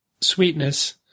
sweetness